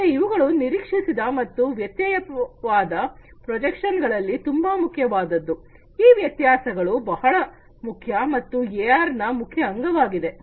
ಮತ್ತೆ ಇವುಗಳು ನಿರೀಕ್ಷಿಸಿದ ಮತ್ತು ವ್ಯತ್ಯಯ ವಾದ ಪ್ರೊಜೆಕ್ಷನ್ ಗಳಲ್ಲಿ ತುಂಬಾ ಮುಖ್ಯವಾದದ್ದು ಈ ವ್ಯತ್ಯಾಸಗಳು ಬಹಳ ಮುಖ್ಯ ಮತ್ತು ಎಆರ್ ನ ಮುಖ್ಯ ಅಂಗವಾಗಿದೆ